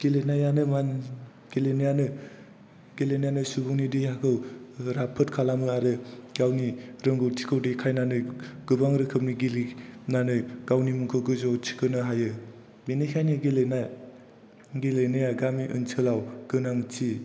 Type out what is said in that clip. गेलेनायानो सुबुंनि देहाखौ राफोद खालामो आरो गावनि रोंगौथिखौ देखायनानै गोबां रोखोमनि गेलेनानै गावनि मुंखौ गोजौआव थिखांनो हायो बेनिखायनो गेलेनाया गामि ओनसोलाव गोनां